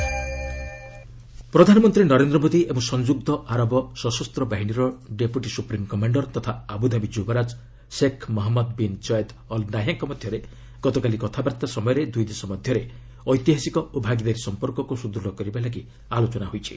PM Modi ପ୍ରଧାନମନ୍ତ୍ରୀ ନରେନ୍ଦ୍ର ମୋଦି ଏବଂ ସଂଯୁକ୍ତ ଆରବ ସଶସ୍ତ ବାହିନୀର ଡେପୁଟି ସୁପ୍ରିମ୍ କମାଣ୍ଡର ତଥା ଆବୁଧାବି ଯୁବରାଜ Sheikh Mohammed bin Zayed Al ନାହ୍ୟାଙ୍କ ମଧ୍ୟରେ ଗତକାଲି କଥାବାର୍ତ୍ତା ବେଳେ ଦୁଇ ଦେଶ ମଧ୍ୟରେ ଐତିହାସିକ ଓ ଭାଗିଦାରୀ ସମ୍ପର୍କକୁ ସୁଦୃତ୍ କରିବା ପାଇଁ ଆଲୋଚନା ହୋଇଛି